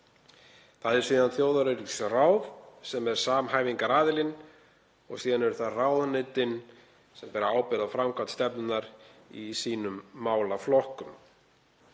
Það er síðan þjóðaröryggisráð sem er samhæfingaraðilinn og síðan eru það ráðuneytin sem bera ábyrgð á framkvæmd stefnunnar í sínum málaflokkum.